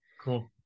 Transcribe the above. Cool